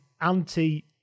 anti